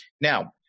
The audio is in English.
Now